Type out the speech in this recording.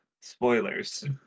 spoilers